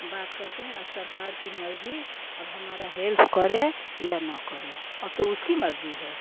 बात कहते हैं अब सरकार की मर्ज़ी अब हमारा हेल्प करे या ना करे अब तो उसकी मर्ज़ी है